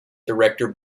director